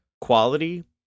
quality